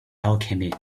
alchemy